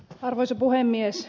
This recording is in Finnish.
arvoisa puhemies